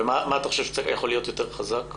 ומה אתה חושב שיכול להיות יותר חזק?